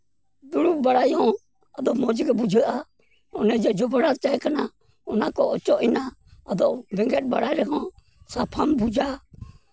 ᱫᱩᱲᱩᱵ ᱵᱟᱲᱟᱭ ᱦᱚᱸ ᱢᱚᱡᱽᱜᱮ ᱵᱩᱡᱷᱟᱹᱜᱼᱟ ᱚᱱᱮ ᱡᱮ ᱡᱚᱵᱽᱨᱟ ᱛᱟᱜᱮᱸ ᱠᱟᱱᱟ ᱚᱱᱟᱠᱚ ᱚᱪᱚᱜ ᱮᱱᱟ ᱟᱫᱚ ᱵᱮᱸᱜᱮᱫ ᱵᱟᱲᱟᱭ ᱨᱮᱦᱚᱸ ᱥᱟᱯᱷᱟᱢ ᱵᱩᱡᱟ